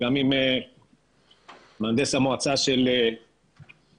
גם עם מהנדס המועצה של אל-קסום.